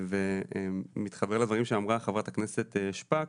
אני מתחבר לדברים שאמרה חברת הכנסת שפק.